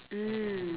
mm